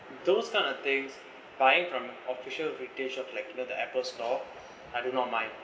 those kind of things buying from official retail shops like you know the apple store I do not mind